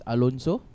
Alonso